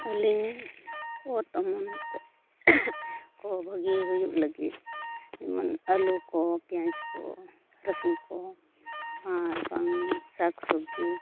ᱟᱞᱮᱭᱟᱜ ᱚᱛ ᱚᱢᱚᱱ ᱠᱚ ᱵᱷᱟᱜᱮ ᱦᱩᱭᱩᱜ ᱞᱟᱹᱜᱤᱫ ᱟᱹᱞᱩ ᱠᱚ ᱯᱮᱸᱭᱟᱡᱽ ᱠᱚ ᱨᱟᱹᱥᱩᱱ ᱠᱚ ᱟᱨᱵᱟᱝ ᱥᱟᱠᱼᱥᱚᱵᱽᱡᱤ